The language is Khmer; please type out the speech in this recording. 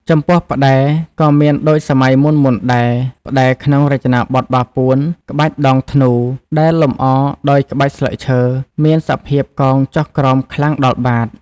ចំពោះផ្តែ ក៏មានដូចសម័យមុនៗដែរ ផ្តែរក្នុងរចនាបថបាពួន ក្បាច់ដងធ្នូដែលលម្អដោយក្បាច់ស្លឹកឈើ មានសភាពកោងចុះក្រោមខ្លាំងដល់បាត។